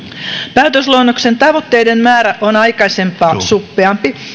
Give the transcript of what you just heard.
päätösluonnoksen tavoitteiden määrä on aikaisempaa suppeampi